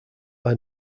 are